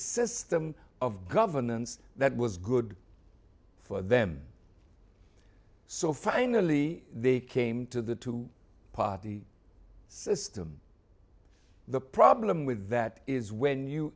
system of governance that was good for them so finally they came to the two party system the problem with that is when you